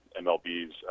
MLB's